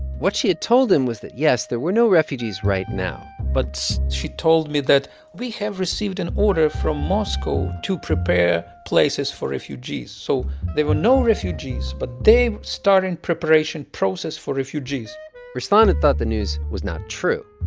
what she had told him was that, yes, there were no refugees right now but she told me that we have received an order from moscow to prepare places for refugees. so there were no refugees, but they starting preparation process for refugees ruslan had thought the news was not true.